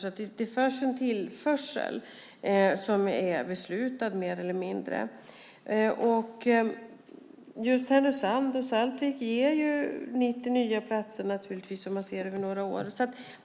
Det görs alltså en tillförsel, och det beslutet är mer eller mindre klart. Härnösand och Saltvik ger ju 90 nya platser om man ser det över några år.